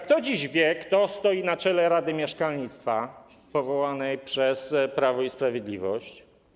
Kto wie, kto dziś stoi na czele Rady Mieszkalnictwa powołanej przez Prawo i Sprawiedliwość?